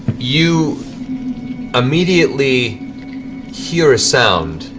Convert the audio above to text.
you immediately hear a sound.